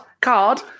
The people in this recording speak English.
Card